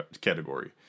category